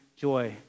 joy